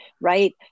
right